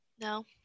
No